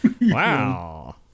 Wow